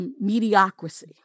mediocrity